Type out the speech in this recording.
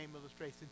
illustration